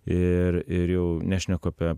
ir ir jau nešneku apie